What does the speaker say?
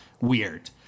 weird